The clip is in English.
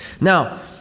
Now